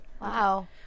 Wow